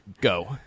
go